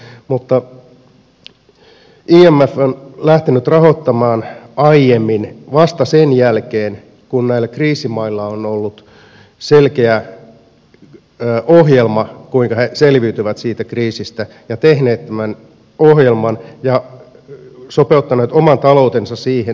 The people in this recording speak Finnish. mutta imf on lähtenyt rahoittamaan aiemmin vasta sen jälkeen kun näillä kriisimailla on ollut selkeä ohjelma kuinka he selviytyvät siitä kriisistä ja ne ovat tehneet tämän ohjelman ja sopeuttaneet oman taloutensa siihen